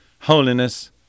holiness